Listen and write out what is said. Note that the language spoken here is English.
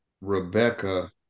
Rebecca